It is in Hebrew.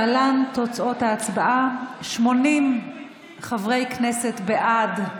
להלן תוצאות ההצבעה: 80 חברי כנסת בעד,